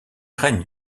règne